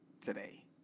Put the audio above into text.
today